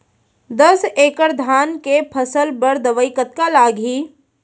दस एकड़ धान के फसल बर दवई कतका लागही?